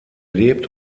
lebt